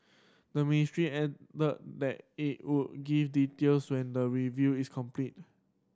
the ministry added that it would give details when the review is completed